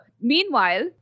meanwhile